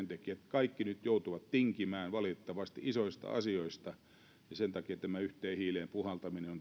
kaikki joutuvat tinkimään valitettavasti isoista asioista sen takia tämä yhteen hiileen puhaltaminen